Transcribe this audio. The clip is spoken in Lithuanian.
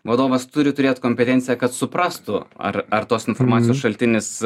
vadovas turi turėt kompetenciją kad suprastų ar ar tos informacijos šaltinis